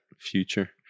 future